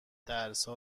درسا